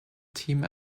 team